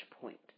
point